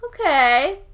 Okay